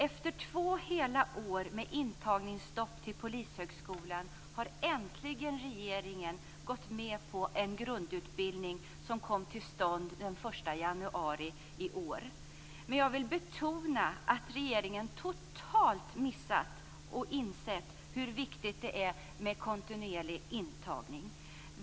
Efter två hela år med intagningsstopp till Polishögskolan har nu regeringen äntligen gått med på en grundutbildning som kom till stånd den 1 januari i år. Men jag vill betona att regeringen totalt har missat hur viktigt det är med kontinuerlig antagning.